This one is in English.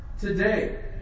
today